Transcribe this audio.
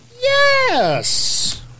Yes